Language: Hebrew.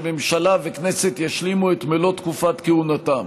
שהממשלה והכנסת ישלימו את מלוא תקופת כהונתן.